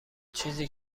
چیزی